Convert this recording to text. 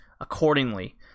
accordingly